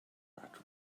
but